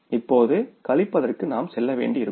இப்போது கழிப்பதற்கு நாம் செல்ல வேண்டியிருக்கும்